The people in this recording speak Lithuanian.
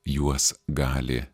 juos gali